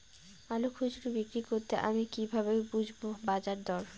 আলু খুচরো বিক্রি করতে চাই কিভাবে বুঝবো বাজার দর?